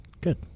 Good